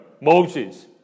Moses